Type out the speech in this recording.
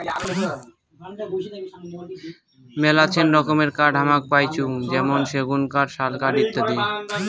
মেলাছেন রকমের কাঠ হামাক পাইচুঙ যেমন সেগুন কাঠ, শাল কাঠ ইত্যাদি